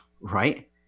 right